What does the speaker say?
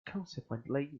consequently